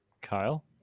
kyle